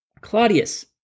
Claudius